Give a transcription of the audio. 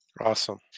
Awesome